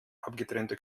abgetrennte